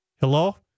Hello